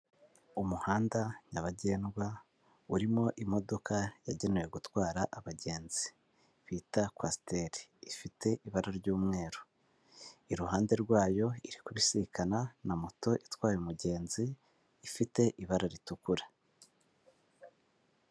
Umuhanda nyabagendwa urimo imodoka yagenewe gutwara abagenzi, bita kwasiteri ifite ibara ry'umweru, iruhande rwayo iri kubisikana na moto itwaye umugenzi ifite ibara ritukura.